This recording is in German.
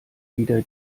wieder